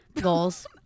Goals